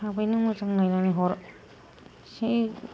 थाबैनो मोजां नायनानै हर एसे